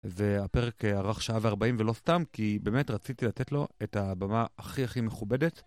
והפרק ארך שעה ו40 ולא סתם כי באמת רציתי לתת לו את הבמה הכי הכי מכובדת